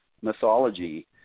mythology